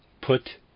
put